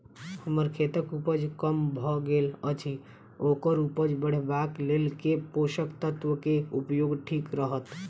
हम्मर खेतक उपज कम भऽ गेल अछि ओकर उपज बढ़ेबाक लेल केँ पोसक तत्व केँ उपयोग ठीक रहत?